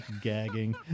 Gagging